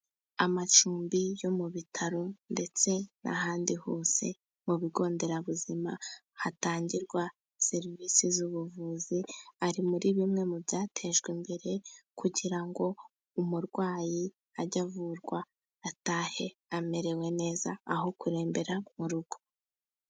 Amacumbi yo mu bitaro ndetse n'ahandi hose mu bigo nderabuzima hatangirwa serivisi z'ubuvuzi. Ari muri bimwe mu byatejwe imbere, kugira ngo umurwayi ajye avurwa atahe amerewe neza, aho kurembera mu rugo.